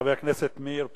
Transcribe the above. לחבר הכנסת מאיר פרוש.